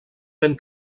ben